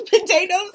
potatoes